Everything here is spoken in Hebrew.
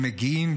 הם מגיעים,